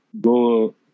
go